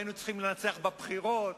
היינו צריכים לנצח בבחירות.